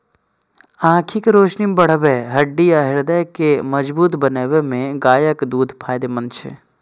आंखिक रोशनी बढ़बै, हड्डी आ हृदय के मजगूत बनबै मे गायक दूध फायदेमंद छै